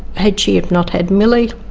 had she have not had millie,